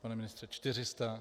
Pane ministře, 400.